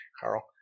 Carl